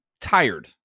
tired